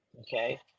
Okay